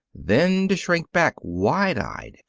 then to shrink back, wide-eyed.